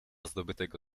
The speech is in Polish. zdobytego